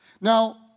Now